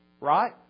right